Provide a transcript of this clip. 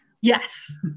Yes